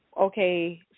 Okay